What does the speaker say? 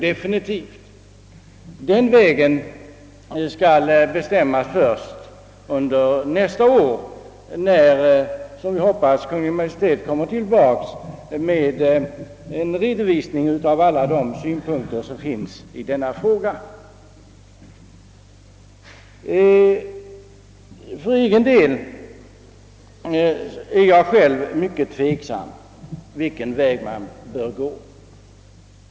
Det skall bestämmas först under nästa år när — som vi hoppas — Kungl. Maj:t återkommer med en redovisning av alla de synpunkter som kan anläggas. För egen del är jag synnerligen tveksam om vilken väg vi bör gå.